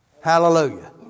Hallelujah